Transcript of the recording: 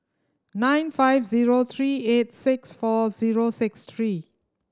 nine five zero three eight six four zero six three